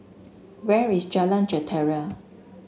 where is Jalan Jentera